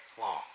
long